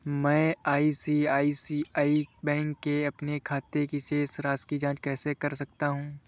मैं ICICI bank के अपने खाते की शेष राशि की जाँच कैसे कर सकता हूँ?